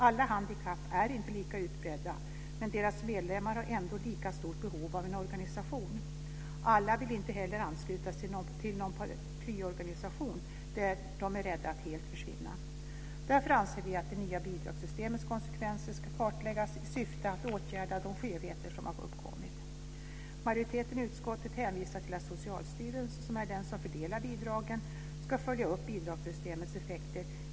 Alla handikapp är inte lika utbredda, men deras medlemmar har ändå lika stora behov av en organisation. Alla vill inte heller anslutas till någon paraplyorganisation. De är rädda att helt försvinna. Därför anser vi att det nya bidragssystemets konsekvenser ska kartläggas i syfte att åtgärda de skevheter som har uppkommit. Majoriteten i utskottet hänvisar till att Socialstyrelsen, som är de som fördelar bidragen, ska följa upp bidragssystemets effekter.